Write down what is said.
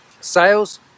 sales